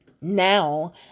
Now